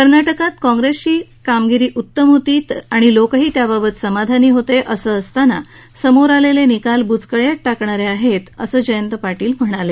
कर्नाटकात काँप्रेस सरकारची कामगिरी उत्तम होती आणि लोकही त्याबाबत समाधानी होते असं असताना समोर आलेले निकाल बुचकळ्यात टाकणारे आहेत असं जयंत पाटील म्हणाले